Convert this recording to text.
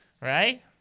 right